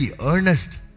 earnest